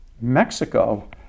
Mexico